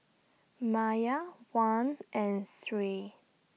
Maya Wan and Sri